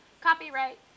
Copyright